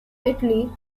italy